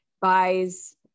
buys